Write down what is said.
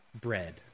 bread